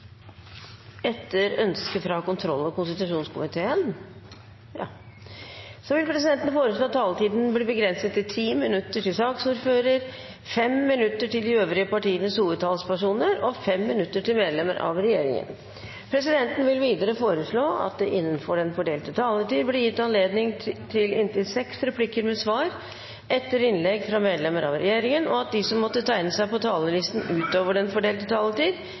Etter ønske fra kontroll- og konstitusjonskomiteen vil presidenten foreslå at taletiden blir begrenset til 10 minutter til saksordføreren, 5 minutter til de øvrige partienes hovedtalspersoner og 5 minutter til medlemmer av regjeringen. Presidenten vil videre foreslå at det – innenfor den fordelte taletid – blir gitt anledning til inntil seks replikker med svar etter innlegg fra medlemmer av regjeringen, og at de som måtte tegne seg på talerlisten utover den fordelte taletid,